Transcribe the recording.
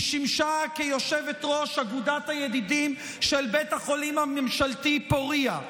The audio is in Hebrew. היא שימשה כיושבת-ראש אגודת הידידים של בית החולים הממשלתי פוריה,